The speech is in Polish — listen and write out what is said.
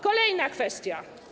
Kolejna kwestia.